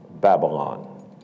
Babylon